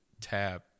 tab